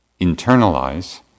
internalize